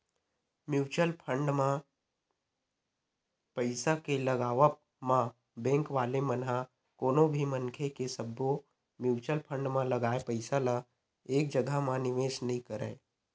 mutual fund म पइसा के लगावब म बेंक वाले मन ह कोनो भी मनखे के सब्बो म्युचुअल फंड म लगाए पइसा ल एक जघा म निवेस नइ करय